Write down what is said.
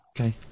Okay